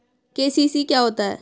KCC क्या होता है?